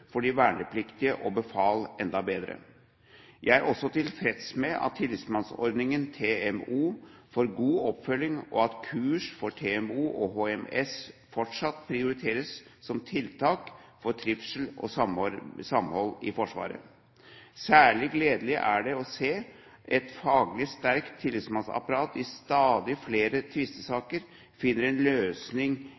for de vernepliktige og befal enda bedre. Jeg er også tilfreds med at Tillitsmannsordningen – TMO – får god oppfølging, og at kurs for TMO og HMS fortsatt prioriteres som tiltak for trivsel og samhold i Forsvaret. Særlig gledelig er det å se at et faglig sterkt tillitsmannsapparat i stadig flere